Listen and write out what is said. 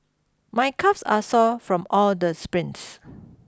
my calves are sore from all the sprints